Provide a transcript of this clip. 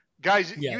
Guys